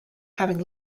having